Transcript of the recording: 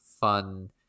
fun